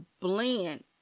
blend